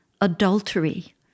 adultery